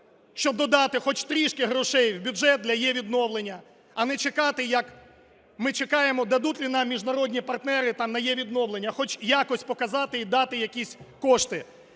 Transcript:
щоб додати хоч трішки грошей в бюджет для єВідновлення, а не чекати, як ми чекаємо, дадут ли нам міжнародні партнери на єВідновлення, хоч якось показати і дати якісь кошти.